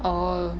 oh